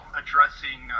addressing